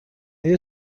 آیا